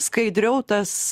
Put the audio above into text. skaidriau tas